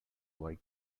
like